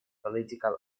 political